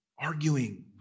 Arguing